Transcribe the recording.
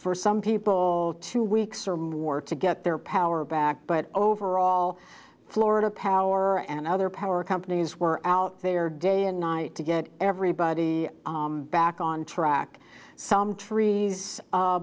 for some people two weeks or more to get their power back but overall florida power and other power companies were out there day and night to get everybody back on track some trees